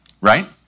right